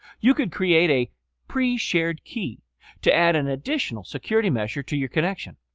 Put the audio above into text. you could create a pre shared key to add an additional security measure to your connection.